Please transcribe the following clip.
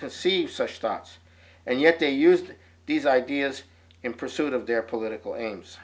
conceive such thoughts and yet they used these ideas in pursuit of their political a